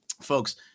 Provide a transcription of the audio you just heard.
folks